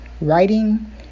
writing